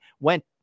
went